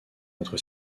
notre